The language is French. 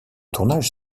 tournage